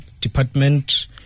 department